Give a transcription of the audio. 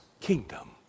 kingdom